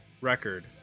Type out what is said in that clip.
record